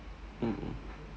mm